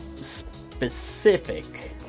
specific